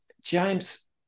James